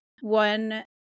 one